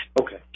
Okay